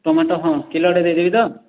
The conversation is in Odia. ଟମାଟୋ ହଁ କିଲୋଟେ ଦେଇଦେବି ତ